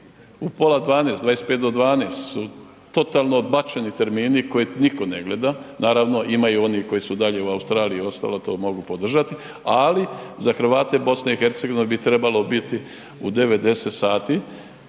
u pola 12, 25 do 12 su totalno bačeni termini koje niko ne gleda, naravno imaju oni koji su dalje u Australiji i ostalo, to mogu podržati, ali za Hrvate BiH bi trebalo biti u 9-10 sati,